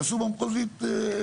יעשו במחוזית.